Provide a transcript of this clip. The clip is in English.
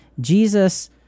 Jesus